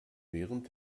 während